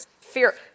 Fear